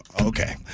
Okay